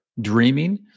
dreaming